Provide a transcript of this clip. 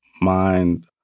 mind